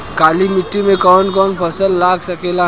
काली मिट्टी मे कौन कौन फसल लाग सकेला?